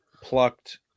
plucked